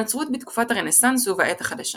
הנצרות בתקופת הרנסאנס ובעת החדשה